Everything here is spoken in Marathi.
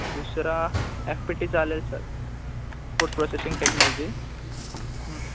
दुसरा एफ पी टी चालेल सर फूड प्रोसेसिंग टेक्नॉलॉजी